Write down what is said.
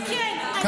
מה זה "בניגוד"?